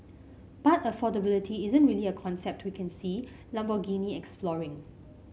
but affordability isn't really a concept we can see Lamborghini exploring